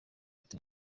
ati